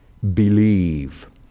believe